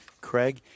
Craig